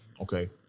Okay